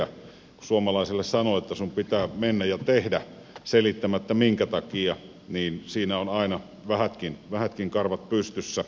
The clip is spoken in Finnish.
kun suomalaiselle sanoo että sinun pitää mennä ja tehdä selittämättä minkä takia niin siinä on aina vähätkin karvat pystyssä